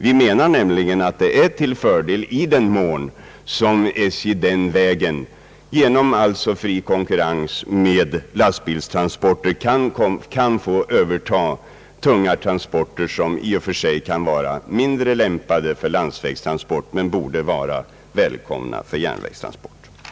Vi anser nämligen att det är till fördel att SJ i fri konkurrens med lastbilstrafiken kan få överta tunga transporter som i och för sig kan vara mindre lämpade för landsväg men som borde vara välkomna på järnvägarna.